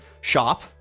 shop